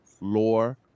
lore